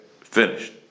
Finished